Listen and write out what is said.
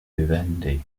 vivendi